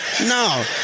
No